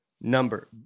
number